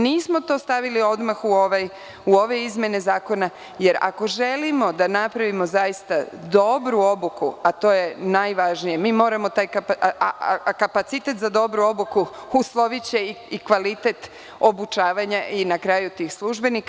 Nismo to stavili odmah u ove izmene zakona, jer ako želimo da napravimo zaista dobru obuku, a to je najvažnije, kapacitet za dobru obuku usloviće i kvalitet obučavanja i, na kraju, tih službenika.